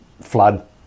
flood